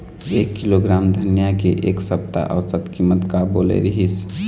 एक किलोग्राम धनिया के एक सप्ता औसत कीमत का बोले रीहिस?